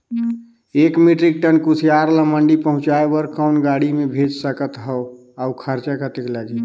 एक metric ton कुसियार ल मंडी पहुंचाय बर कौन गाड़ी मे भेज सकत हव अउ खरचा कतेक लगही?